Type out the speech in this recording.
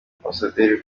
ambasaderi